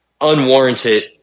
unwarranted